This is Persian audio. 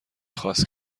خواست